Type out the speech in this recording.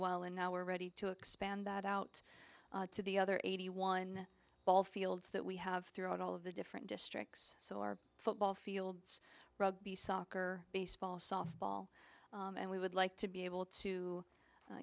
well and now we're ready to expand that out to the other eighty one ball fields that we have throughout all of the different districts so our football fields rugby soccer baseball softball and we would like to be able to